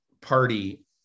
party